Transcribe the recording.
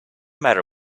matter